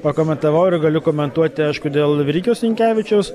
pakomentavau ir galiu komentuoti aišku dėl virgio sinkevičiaus